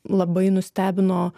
labai nustebino